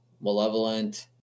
malevolent